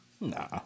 Nah